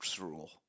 rule